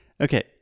Okay